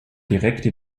direkte